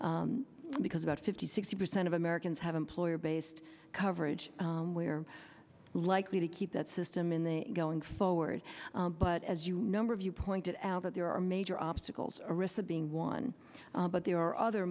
that because about fifty sixty percent of americans have employer based coverage where likely to keep that system in the going forward but as you number of you pointed out that there are major obstacles arisa being one but there are other